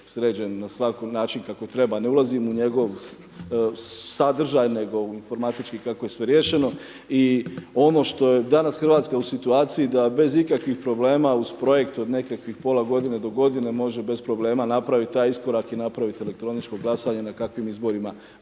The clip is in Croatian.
sređen na način kako treba, ne ulazim u njegov sadržaj, nego informatički kako je sve riješeno. I ono što je danas Hrvatska u situaciji da bez ikakvih problema uz projekt od nekakvih pola godine do godine može bez problema napraviti taj iskorak i napraviti elektroničko glasanje na kakvim izborima